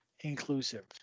inclusive